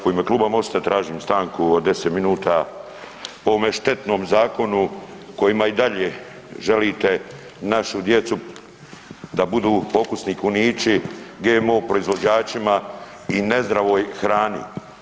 U ime kluba Mosta tražim stanku od 10 min po ovome štetnom zakonu kojim i dalje želite našu djecu da budu pokusni kunići, GMO proizvođačima i ne zdravoj hrani.